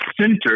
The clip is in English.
Center